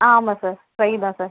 ஆ ஆமாம் sir fry தான் sir